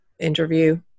interview